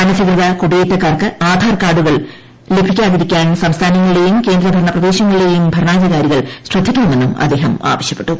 അനധികൃത കുടിയേറ്റക്കാർക്ക് ആധാർ കാർഡുകൾ ലഭിക്കാതിരിക്കാൻ സംസ്ഥാനങ്ങളിലേയും കേന്ദ്ര ഭരണ പ്രദേശങ്ങളിലേയും ഭരണാധികാരികൾ ശ്രദ്ധിക്കണമെന്നും അദ്ദേഹം ആവശ്യപ്പെട്ടു